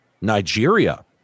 Nigeria